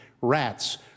rats